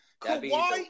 Kawhi